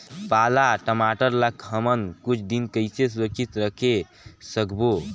पाला टमाटर ला हमन कुछ दिन कइसे सुरक्षित रखे सकबो?